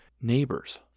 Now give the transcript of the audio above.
neighbors